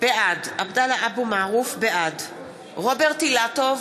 בעד רוברט אילטוב,